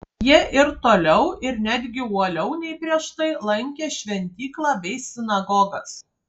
jie ir toliau ir netgi uoliau nei prieš tai lankė šventyklą bei sinagogas